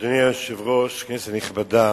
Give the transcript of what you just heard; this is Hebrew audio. אדוני היושב-ראש, כנסת נכבדה,